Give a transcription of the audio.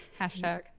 Hashtag